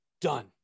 done